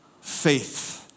Faith